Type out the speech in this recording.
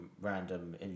random